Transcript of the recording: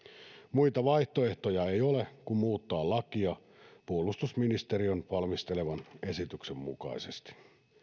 muita vaihtoehtoja ei ole kuin muuttaa lakia puolustusministeriön valmistelevan esityksen mukaisesti